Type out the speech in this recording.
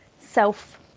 self